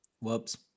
Whoops